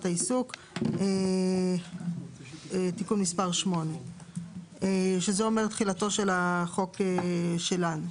העיסוק (תיקון מס' 8). שזה אומר תחילתו של החוק שלנו.